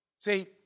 See